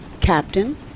captain